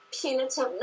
punitive